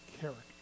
character